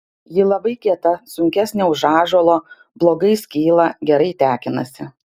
ji labai kieta sunkesnė už ąžuolo blogai skyla gerai tekinasi